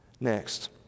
Next